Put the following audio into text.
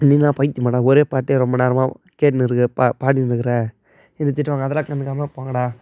நீ என்ன பைத்தியமாடா ஒரே பாட்டையே ரொம்ப நேரமாக கேட்ன்னு இருக்க பா பாடின்னு இருக்கிற என்ன திட்டுவாங்க அதெல்லாம் கண்டுக்காமல் போங்கடா